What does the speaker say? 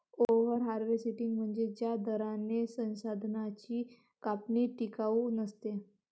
over harvesting म्हणजे ज्या दराने संसाधनांची कापणी टिकाऊ नसते